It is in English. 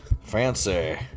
Fancy